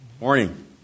Morning